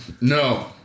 No